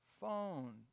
phone